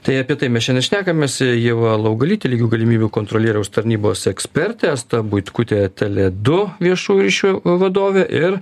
tai apie tai mes šiandien šnekamės ieva laugalytė lygių galimybių kontrolieriaus tarnybos ekspertė asta buitkutė tele du viešųjų ryšių vadovė ir